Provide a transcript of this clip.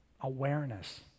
Awareness